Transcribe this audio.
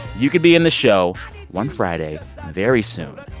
you could be in the show one friday very soon.